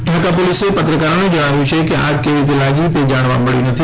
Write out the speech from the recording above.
ઢાકા પોલીસે પત્રકારોને જણાવ્યુ છે કે આગ કેવી રીતે લાગી તે જાણવા મળયું નથી